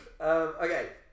Okay